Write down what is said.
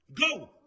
go